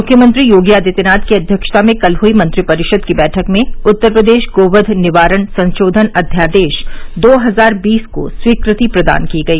मुख्यमंत्री योगी आदित्यनाथ की अध्यक्षता में कल हयी मंत्रिपरिषद की बैठक में उत्तर प्रदेश गो वध निवारण संशोधन अध्यादेश दो हजार बीस को स्वीकृति प्रदान की गई